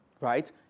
Right